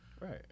right